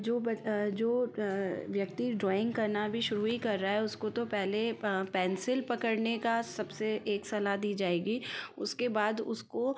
जो ब जो व्यक्ति ड्रॉइंग करना अभी शुरू ही कर रहा है उसको तो पहले पेंसिल पकड़ने का सबसे एक सलाह दी जाएगी उसके बाद उसको